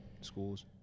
Schools